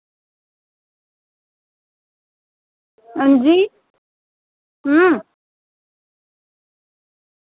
अं अंजी